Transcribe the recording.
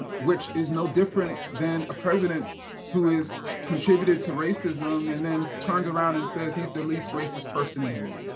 ah which is no different than a president who has contributed to racism, and then turns around and says he's the least racist person in the room.